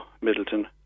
Middleton